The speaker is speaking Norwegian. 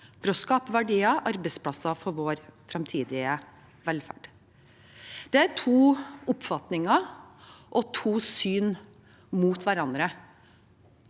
for å skape verdier og arbeidsplasser for vår fremtidige velferd. Det er to oppfatninger og to syn som står mot hverandre